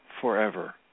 forever